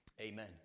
Amen